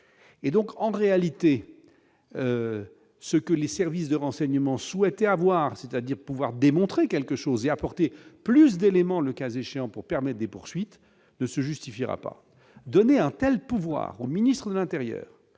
et donc André alité, ce que les services de renseignement souhaité avoir, c'est-à-dire pouvoir démontrer quelque chose et apporter plus d'éléments, le cas échéant pour permet des poursuites ne se justifiera pas donné untel pouvoir au ministre de l'Intérieur,